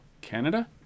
Canada